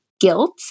guilt